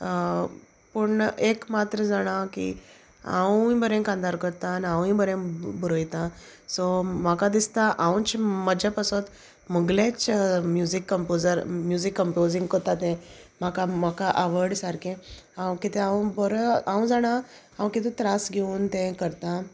पूण एक मात्र जाणा की हांवूय बरें कांतार कोत्तां आनी हांवूय बरें बोरोयतां सो म्हाका दिसता हांवच म्हज्या पासून मुगेलेच म्युजीक कंपोजर म्युजीक कंपोजींग कोत्ता तें म्हाका म्हाका आवड सारकें हांव कितें हांव बरो हांव जाणा हांव कितूं त्रास घेवन तें करता